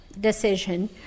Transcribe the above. decision